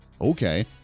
okay